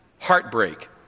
Heartbreak